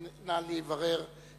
מאת חברי